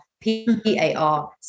P-A-R